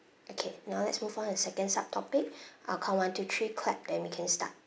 okay now let's move on a second sub topic I'll count one two three clap then we can start